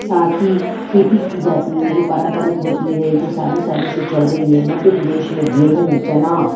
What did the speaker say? साथ ही खेती की जाती है जो पारम्परिक होती है जो सालों सालों से चल रही है मध्य प्रदेश में गेहूँ चना